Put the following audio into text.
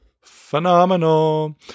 phenomenal